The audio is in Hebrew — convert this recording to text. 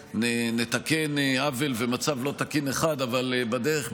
נתקן עוול ומצב לא תקין אחד אבל בדרך,